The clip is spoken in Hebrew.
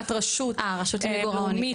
הרשות הלאומית.